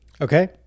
Okay